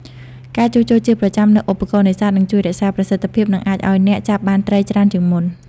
ការជួសជុលជាប្រចាំនូវឧបករណ៍នេសាទ នឹងជួយរក្សាប្រសិទ្ធភាព និងអាចឲ្យអ្នកចាប់បានត្រីច្រើនជាងមុន។